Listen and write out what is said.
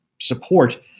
support